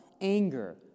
anger